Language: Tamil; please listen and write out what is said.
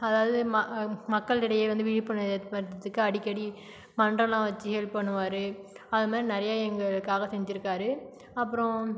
அதாவது மா அம் மக்கள் இடையே வந்து விழிப்புணர்வு ஏற்படுத்திக்க அடிக்கடி மன்றலாம் வச்சு ஹெல்ப் பண்ணுவாரு அதுமாதிரி நிறையா எங்களுக்காக செஞ்சுருக்காரு அப்புறோம்